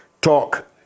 talk